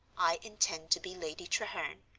i intend to be lady treherne.